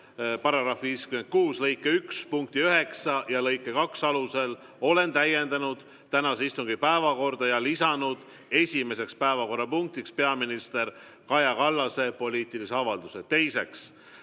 seaduse § 56 lõike 1 punkti 9 ja lõike 2 alusel olen täiendanud tänase istungi päevakorda ja lisanud esimeseks päevakorrapunktiks peaminister Kaja Kallase poliitilise avalduse. Teiseks,